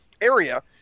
area